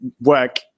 work